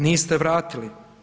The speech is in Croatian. Niste vratili.